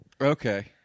Okay